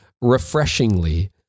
refreshingly